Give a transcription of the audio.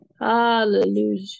Hallelujah